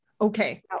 Okay